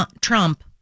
Trump